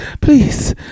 please